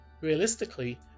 Realistically